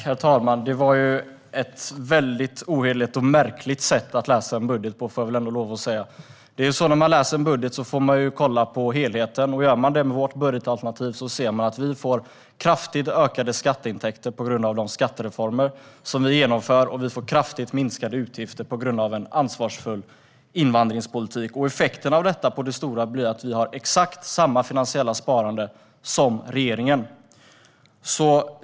Herr talman! Det var ett väldigt ohederligt och märkligt sätt att läsa en budget på, får jag ändå säga. När man läser en budget får man kolla på helheten. I vårt budgetalternativ får vi kraftigt ökade skatteintäkter på grund av de skattereformer som vi genomför, och vi får kraftigt minskade utgifter på grund av en ansvarsfull invandringspolitik. Effekterna av detta på det stora blir att vi har exakt samma finansiella sparande som regeringen.